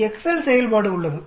ஒரு எக்செல் செயல்பாடு உள்ளது